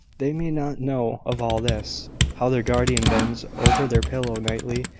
they may not know of all this how their guardian bends over their pillow nightly,